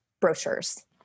brochures